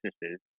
businesses